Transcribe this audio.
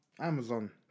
Amazon